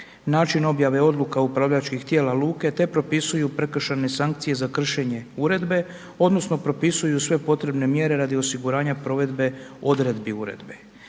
način objave odluka upravljačkih tijela luke te propisuje prekršajnih sanacija za kršenje uredbe, odnosno, propisuju sve potrebne mjere radi osiguranja provedbe odredbi uredbi.